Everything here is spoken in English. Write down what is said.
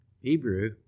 Hebrew